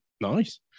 Nice